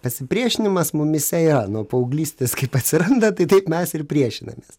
pasipriešinimas mumyse yra nuo paauglystės kaip atsiranda tai taip mes ir priešinamės